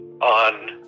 on